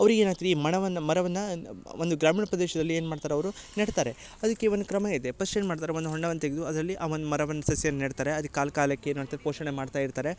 ಅವ್ರಿಗೆ ಏನಾಗ್ತದೆ ಈ ಮಣವನ್ನ ಮರವನ್ನ ಒಂದು ಗ್ರಾಮೀಣ ಪ್ರದೇಶದಲ್ಲಿ ಏನು ಮಾಡ್ತಾರೆ ಅವರು ನೆಡ್ತಾರೆ ಅದಕ್ಕೆ ಒಂದು ಕ್ರಮ ಇದೆ ಪಸ್ಟ್ ಏನು ಮಾಡ್ತಾರೆ ಒಂದು ಹೊಂಡವನ್ನ ತೆಗ್ದು ಅದರಲ್ಲಿ ಆ ಒಂದು ಮರವನ್ನ ಸಸಿಯನ್ನ ನೆಡ್ತಾರೆ ಅದು ಕಾಲ ಕಾಲಕ್ಕೆ ಏನಾಗ್ತದ ಪೋಷಣೆ ಮಾಡ್ತಾ ಇರ್ತಾರೆ